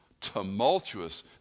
tumultuous